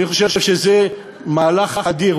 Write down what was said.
אני חושב שזה מהלך אדיר.